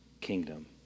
kingdom